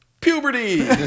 Puberty